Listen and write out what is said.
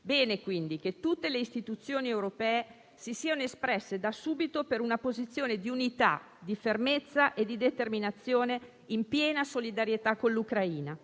Bene, quindi, che tutte le istituzioni europee si siano espresse da subito per una posizione di unità, fermezza e determinazione, in piena solidarietà con l'Ucraina,